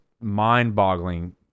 mind-boggling